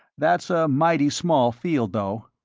that's a mighty small field, though.